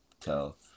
tell